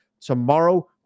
tomorrow